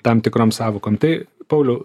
tam tikrom sąvokom tai pauliau